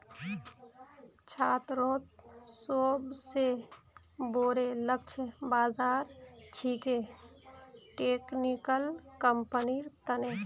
छात्रोंत सोबसे बोरो लक्ष्य बाज़ार छिके टेक्निकल कंपनिर तने